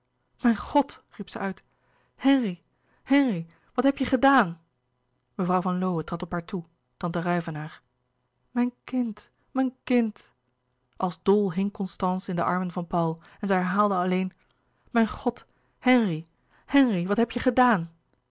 mijn god riep zij uit henri henri wat heb je gedaan mevrouw van lowe trad op haar toe tante ruyvenaer mijn kind mijn kind als dol hing constance in de armen van paul en zij herhaalde alleen mijn god henri henri wat heb je gedaan